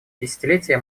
десятилетие